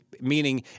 Meaning